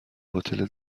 هتل